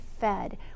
fed